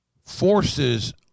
Forces